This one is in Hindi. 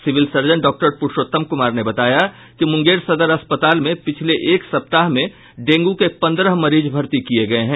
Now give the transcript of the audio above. सिविल सर्जन डॉ पुरुषोत्तम कुमार ने बताया कि मुंगेर सदर अस्पताल में पिछले एक सप्ताह में डेंगू के पन्द्रह मरीज भर्ती किए गए हैं